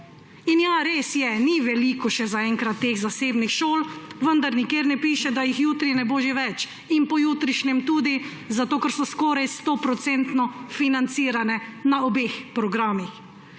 In ja, res je, zaenkrat še ni veliko teh zasebnih šol, vendar nikjer ne piše, da jih jutri ne bo že več, in pojutrišnjem tudi, zato ker so skoraj 100-odstotno financirane na obeh programih.